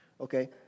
Okay